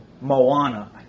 Moana